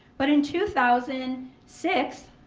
but in two thousand six,